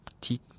teeth